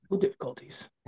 difficulties